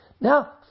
now